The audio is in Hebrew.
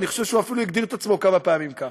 אני חושב שהוא אפילו הגדיר את עצמו כמה פעמים ככה.